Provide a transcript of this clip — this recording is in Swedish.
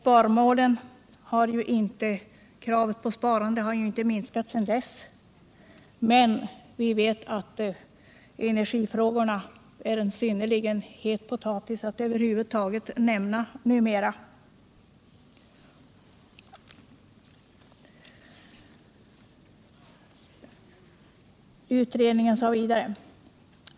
Kravet på energisparande har inte minskat sedan dess. Energifrågorna är ju numera en synnerligen het potatis.